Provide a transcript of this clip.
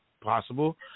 possible